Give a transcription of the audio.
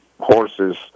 horses